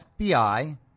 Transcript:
FBI